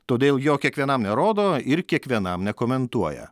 todėl jo kiekvienam nerodo ir kiekvienam nekomentuoja